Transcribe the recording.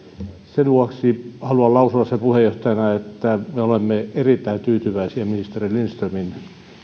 sen vuoksi haluan lausua sen puheenjohtajana että me olemme erittäin tyytyväisiä ministeri lindströmin